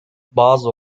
bazı